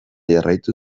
jarraitu